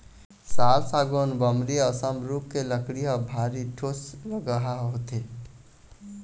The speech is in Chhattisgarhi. साल, सागौन, बमरी असन रूख के लकड़ी ह भारी ठोसलगहा होथे